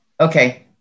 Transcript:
Okay